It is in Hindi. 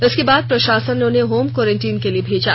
इसके बाद प्रशासन ने उन्हें होम क्वरेन्टीन के लिए भेज दिया